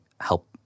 help